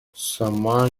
сама